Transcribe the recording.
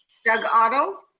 doug otto.